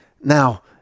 now